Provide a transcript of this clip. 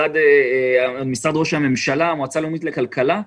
למשרד ראש הממשלה, למועצה הלאומית לכלכלה.